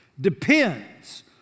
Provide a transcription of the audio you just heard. depends